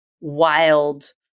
wild